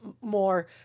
more